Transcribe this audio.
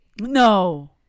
No